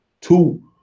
Two